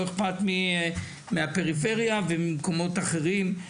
לא אכפת מהפריפריה וממקומות אחרים,